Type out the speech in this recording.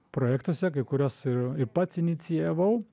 projektuose kai kuriuos ir ir pats inicijavau